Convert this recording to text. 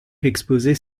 exposer